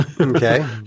okay